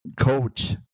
coach